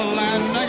land